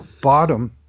bottom